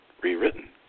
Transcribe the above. rewritten